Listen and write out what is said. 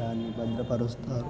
దాన్ని భద్రపరుస్తారు